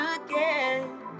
again